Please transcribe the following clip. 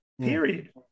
period